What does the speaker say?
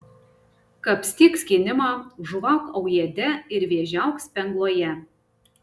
kapstyk skynimą žuvauk aujėde ir vėžiauk spengloje